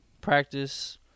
Practice